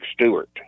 Stewart